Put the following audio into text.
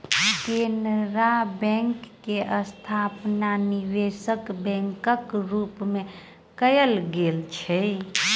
Canara bank के स्थापना निवेशक बैंकक रूप मे कयल गेल छल